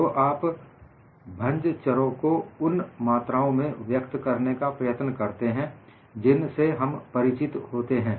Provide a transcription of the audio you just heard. तो आप भंज चरों को उन मात्राओं में व्यक्त करने का प्रयत्न करते हैं जिन से हम परिचित होते हैं